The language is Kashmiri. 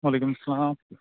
وعلیکُم اسَلام